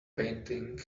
painting